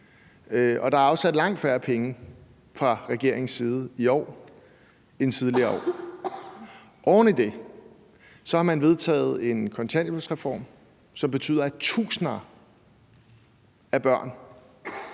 der er afsat langt færre penge fra regeringens side i år end i de tidligere år. Oven i det har man vedtaget en kontanthjælpsreform, som betyder, at tusinder af børn